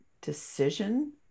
decision